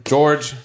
George